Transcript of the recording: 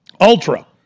Ultra